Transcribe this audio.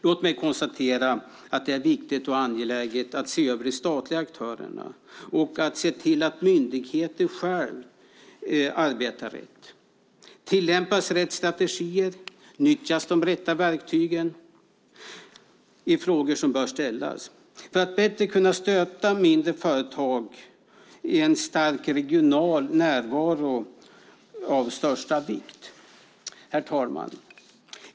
Låt mig konstatera att det är viktigt och angeläget att se över de statliga aktörerna och att myndigheter själv arbetar rätt. Tillämpas rätt strategier och nyttjas de rätta verktygen? Det är frågor som bör ställas. För att bättre kunna stötta mindre företag är en stark regional närvaro av största vikt. Herr talman!